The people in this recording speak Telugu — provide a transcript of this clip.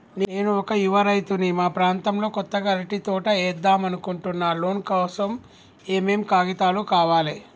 నేను ఒక యువ రైతుని మా ప్రాంతంలో కొత్తగా అరటి తోట ఏద్దం అనుకుంటున్నా లోన్ కోసం ఏం ఏం కాగితాలు కావాలే?